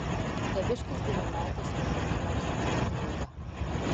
taviškis giminaitis man kažkoks blatniūga